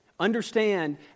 Understand